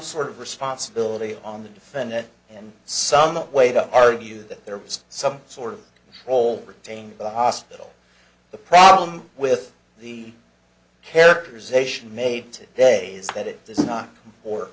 sort of responsibility on the defendant in some way to argue that there was some sort of role retain the hospital the problem with the characterization made today is that it does not or